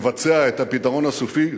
לבצע את "הפתרון הסופי",